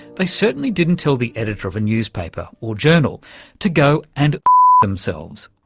they certainly didn't tell the editor of a newspaper or journal to go and themselves.